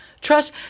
Trust